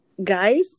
Guys